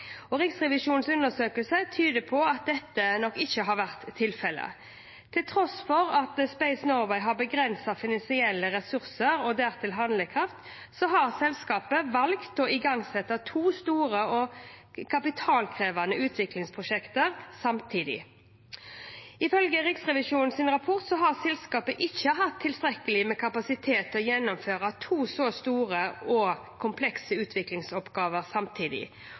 Riksrevisjonens undersøkelse tyder på at dette nok ikke har vært tilfellet. Til tross for at Space Norway har begrensede finansielle ressurser og dertil handlekraft, har selskapet valgt å igangsette to store og kapitalkrevende utviklingsprosjekter samtidig. Ifølge Riksrevisjonens rapport har selskapet ikke hatt tilstrekkelig med kapasitet til å gjennomføre to så store og komplekse utviklingsoppgaver samtidig,